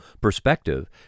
perspective